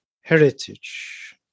heritage